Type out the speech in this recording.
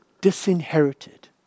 disinherited